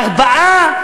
ארבעה,